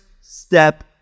step